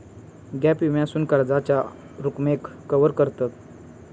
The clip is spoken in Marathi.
गॅप विम्यासून कर्जाच्या रकमेक कवर करतत